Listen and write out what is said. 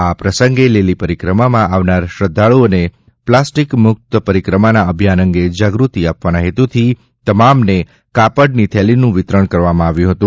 આ પ્રસંગે લીલી પરિક્રમામાં આવનાર શ્રદ્ધાળુઓને પ્લાસ્ટિક મુક્ત પરિક્રમાના અભિયાન અંગે જાગૃતિ આપવાના હેતુથી તમામને કાપડની થેલીઓનું વિતરણ પણ કરવામાં આવ્યું હતું